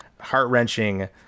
heart-wrenching